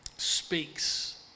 Speaks